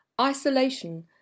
Isolation